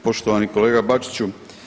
Poštovani kolega Bačiću.